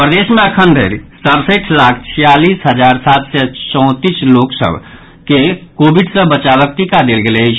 प्रदेश मे अखन धरि सड़सठि लाख छियालीस हजार सात सय चौंतीस लोक सभ के कोविड सँ बचावक टीका देल गेल अछि